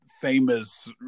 famous